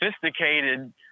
sophisticated